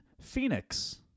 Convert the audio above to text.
Phoenix